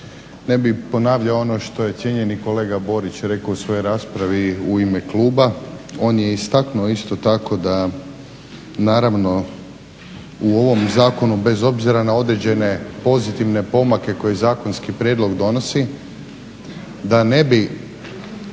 Ne bih ponavljao ono što je cijenjeni kolega Borić rekao u svojoj raspravi u ime kluba. On je istaknuo isto tako da naravno u ovom zakonu bez obzira na određene pozitivne pomake koje zakonski prijedlog donosi da nam nije